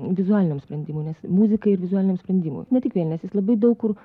vizualiniam sprendimui nes muzika ir vizualiniam sprendimui ne tik vėlines jis labai daug kur